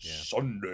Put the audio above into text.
sunday